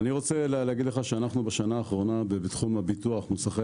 אני רוצה להגיד לך שבתחום הביטוח ומוסכי